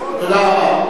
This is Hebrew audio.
תודה רבה.